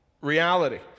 reality